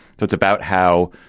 so it's about how